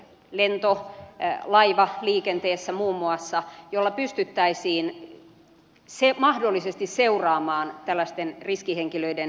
neljä o neal aivan matkustajatiedot muun muassa lento ja laivaliikenteessä jotta pystyttäisiin mahdollisesti seuraamaan tällaisten riskihenkilöiden liikkumista